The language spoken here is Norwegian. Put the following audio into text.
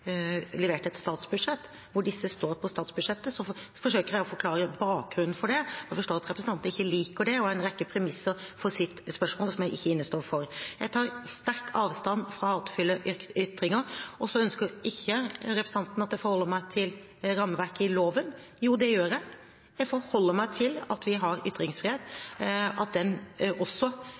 et statsbudsjett, og jeg forsøker å forklare bakgrunnen for det. Jeg forstår at representanten ikke liker det og har en rekke premisser for sitt spørsmål, som jeg ikke innestår for. Jeg tar sterkt avstand fra hatefulle ytringer. Så ønsker ikke representanten at jeg forholder meg til rammeverket i loven. Jo, det gjør jeg. Jeg forholder meg til at vi har ytringsfrihet, og at den også